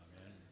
Amen